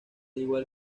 igual